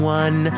one